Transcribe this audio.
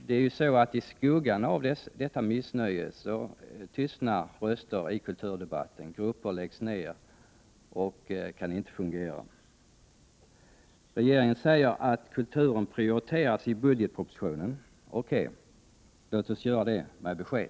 Men i skuggan av detta missnöje tystnar röster i kulturdebatten. Grupper upphör, grupper kan inte fungera. Regeringen säger att kulturen prioriteras i budgetpropositionen. O.K., låt oss då se till att det görs med besked!